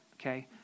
okay